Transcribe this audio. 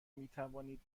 میتوانید